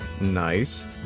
nice